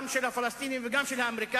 גם של הפלסטינים, גם של האמריקנים,